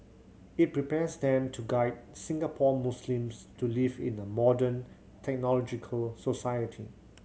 it prepares them to guide Singapore Muslims to live in a modern technological society